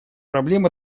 проблем